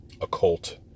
occult